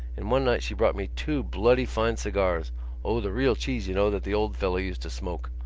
and one night she brought me two bloody fine cigars o, the real cheese, you know, that the old fellow used to smoke.